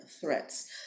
threats